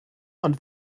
ond